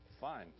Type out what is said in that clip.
fine